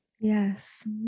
yes